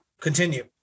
Continue